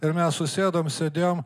ir mes susėdom sėdėjom